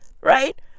right